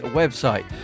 website